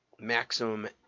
maximum